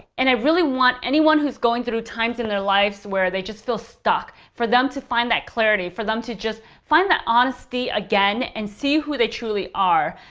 and i really want anyone who's going through times in their life where they just feel stuck, for them to find that clarity, for them to just find that honesty again, and see who they truly are.